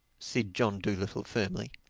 said john dolittle firmly.